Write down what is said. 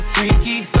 Freaky